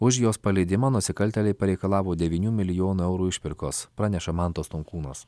už jos paleidimą nusikaltėliai pareikalavo devynių milijonų eurų išpirkos praneša mantas stonkūnas